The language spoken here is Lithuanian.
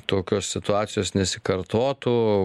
tokios situacijos nesikartotų